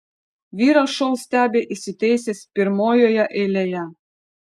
vyras šou stebi įsitaisęs pirmojoje eilėje